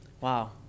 Wow